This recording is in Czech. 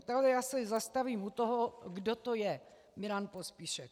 Ale já se zastavím u toho, kdo to je Milan Pospíšek.